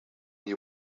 you